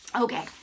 Okay